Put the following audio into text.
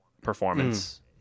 performance